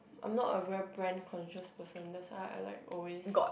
I'm not a very brand conscious person that's why I like always